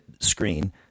screen